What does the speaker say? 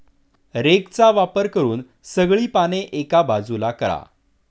रेकचा वापर करून सगळी पाने एका बाजूला करा